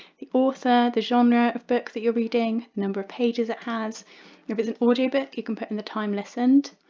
the author, the genre of book that you're reading, the number of pages, it has if it's an audio book you can put in the time listened,